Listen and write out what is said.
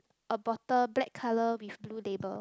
a bottle black colour with blue label